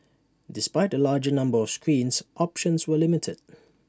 despite the larger number of screens options were limited